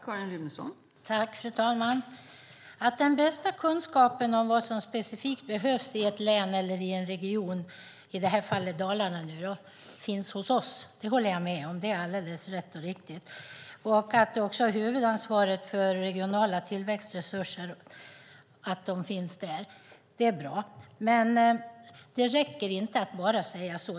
Fru talman! Att den bästa kunskapen om vad som specifikt behövs i ett län eller region, i det här fallet Dalarna, finns hos oss, håller jag med om. Att huvudansvaret för regionala tillväxtresurser också finns där är bra. Det räcker dock inte att bara säga så.